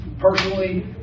personally